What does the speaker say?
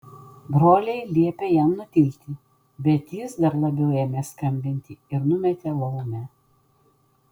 broliai liepė jam nutilti bet jis dar labiau ėmė skambinti ir numetė laumę